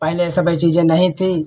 पहले यह सब चीज़ें नहीं थीं